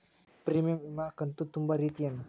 Premium ವಿಮಾ ಕಂತು ತುಂಬೋ ರೇತಿ ಏನು?